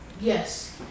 Yes